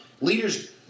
leaders